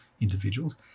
individuals